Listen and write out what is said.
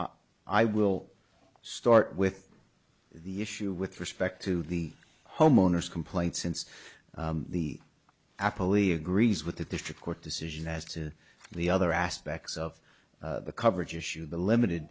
counsel i will start with the issue with respect to the homeowners complaint since the apple e agrees with the district court decision as to the other aspects of the coverage issue the limited